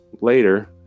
later